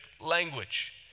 language